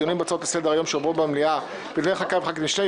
דיונים בהצעות לסדר היום שהועברו מהמליאה ודיוני חקיקה וחקיקת משנה,